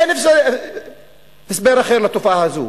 אין הסבר אחר לתופעה הזו.